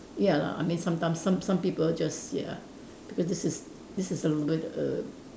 ya lah I mean sometimes some some people just ya because this is this is a lit~ err